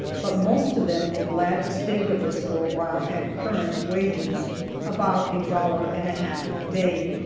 but most of them were glad to stay with us for awhile at current wages about a dollar and a half a day.